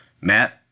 Matt